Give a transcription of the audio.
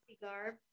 garb